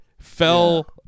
fell